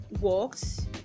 works